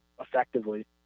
effectively